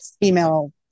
female